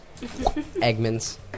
Eggman's